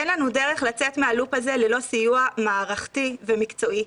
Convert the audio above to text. אין לנו דרך לצאת מהלופ הזה ללא סיוע מערכתי ומקצועי.